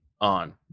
on